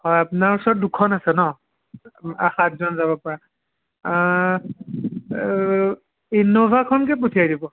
হয় আপোনাৰ ওচৰত দুখন আছে ন' সাতজন যাব পৰা ইন্ন'ভাখনকে পঠিয়াই দিব